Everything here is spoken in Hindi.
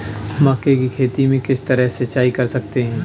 मक्के की खेती में किस तरह सिंचाई कर सकते हैं?